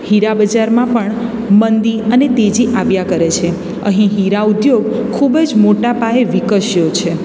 હીરા બજારમાં પણ મંદી અને તેજી આવ્યા કરે છે અહીં હીરા ઉદ્યોગ ખૂબ જ મોટા પાયે વિકસ્યો છે